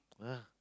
!huh!